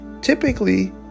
Typically